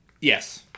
yes